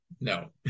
no